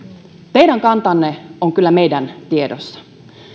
teidän kantanne on kyllä meidän tiedossamme